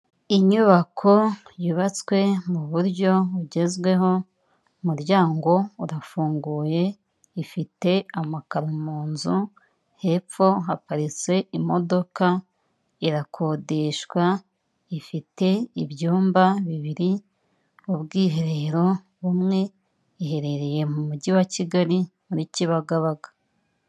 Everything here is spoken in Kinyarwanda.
Inyubako yubatswe mu buryo bugezweho umuryango urafunguye ifite amakaro mu nzu, hepfo haparitse imodoka, irakodeshwa ifite ibyumba bibiri, ubwiherero bumwe, iherereye mu mujyi wa Kigali muri Kibagabaga.